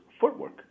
footwork